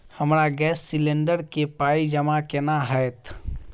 हमरा gas cylinder केँ पाई जमा केना हएत?